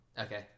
Okay